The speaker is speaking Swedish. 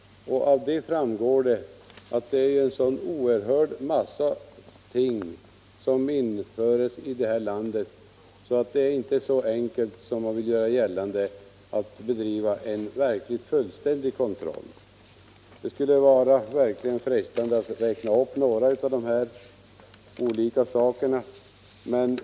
Det framgår att det är en sådan oerhörd massa ting som införs i detta land att det inte är så enkelt som man vill göra gällande att bedriva en verkligt fullständig kontroll. Det är frestande att räkna upp några av de olika sakerna.